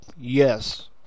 Yes